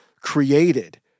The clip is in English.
created